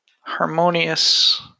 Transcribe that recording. harmonious